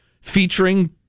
featuring